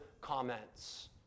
comments